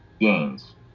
gains